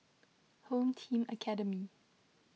Home Team Academy